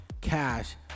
Cash